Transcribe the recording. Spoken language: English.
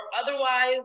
otherwise